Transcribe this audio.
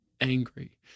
angry